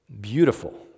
beautiful